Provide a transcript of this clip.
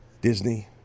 Disney